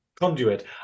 conduit